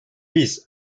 biz